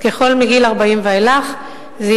איזה גיל?